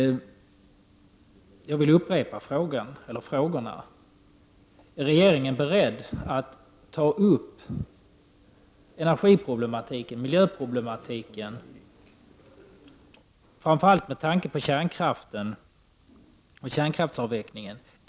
Låt mig upprepa mina frågor: Är regeringen beredd att i en Östersjökonferens ta upp energiproblematiken och miljöproblematiken till diskussion, framför allt med avseende på kärnkraften och dess avveckling?